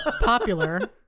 popular